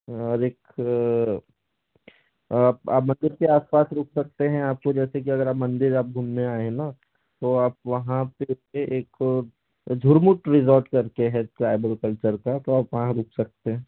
और एक आप आप मंदिर के आस पास रुक सकते हैं आपको जैसे कि अगर आप मंदिर आप घूमने आए हैं ना तो आप वहाँ पे एक झुरमुट रिज़ॉर्ट करके है ट्राइबल कल्चर का तो आप वहाँ रुक सकते हैं